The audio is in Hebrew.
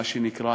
מה שנקרא.